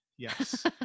Yes